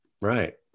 Right